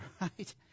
Right